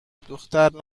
دختر